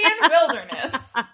wilderness